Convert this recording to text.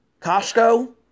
Costco